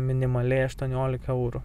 minimaliai aštuoniolika eurų